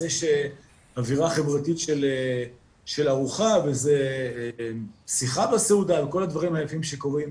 אוירה חברתית של ארוחה ושיחה בסעודה וכל הדברים היפים שקורים